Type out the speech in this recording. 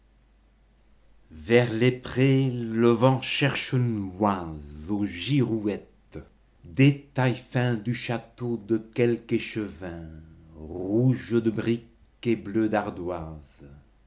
vers les prés le vent cherche noise aux girouettes détail fin du château de quelque échevin rouge de brique et bleu d'ardoise